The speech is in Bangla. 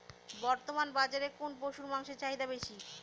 বর্তমান বাজারে কোন পশুর মাংসের চাহিদা বেশি?